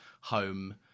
home